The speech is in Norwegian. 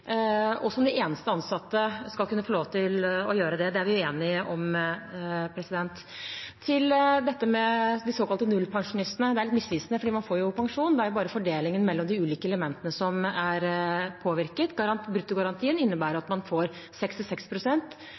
og som de som de eneste ansatte skal kunne få lov til å gjøre. Det er vi enige om. Til dette med de såkalte nullpensjonistene. Det er litt misvisende, for man får jo pensjon, det er bare fordelingen mellom de ulike elementene som er påvirket. Bruttogarantien innebærer at man får